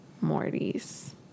Morty's